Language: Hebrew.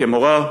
כמורה,